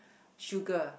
sugar